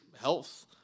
health